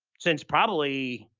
since probably,